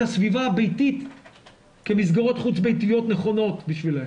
הסביבה הביתית כמסגרות חוץ ביתיות נכונות בשבילם.